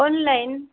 online